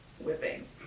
whipping